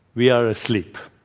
we are asleep.